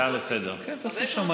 הוא מדבר על הצעה לסדר-היום.